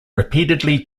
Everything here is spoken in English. repeatedly